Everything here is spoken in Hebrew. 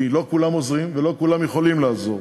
כי לא כולם עוזרים ולא כולם יכולים לעזור.